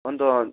अन्त